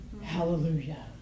Hallelujah